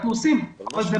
אנחנו עושים --- כדי